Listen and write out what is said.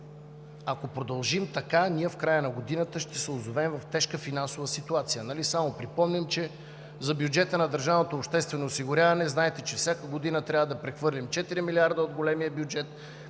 Ако продължим така, ние в края на годината ще се озовем в тежка финансова ситуация. Нали? Само припомням, че за бюджета на държавното обществено осигуряване – знаете, че всяка година трябва да прехвърлим четири милиарда от големия бюджет